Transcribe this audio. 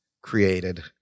created